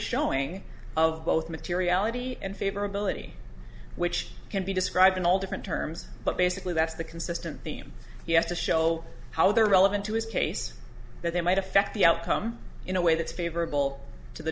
showing of both materiality and favor ability which can be described in all different terms but basically that's the consistent theme you have to show how they're relevant to his case that they might affect the outcome in a way that's favorable to the